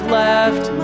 left